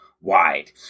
wide